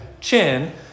chin